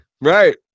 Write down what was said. right